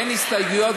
אין הסתייגויות,